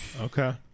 Okay